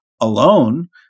alone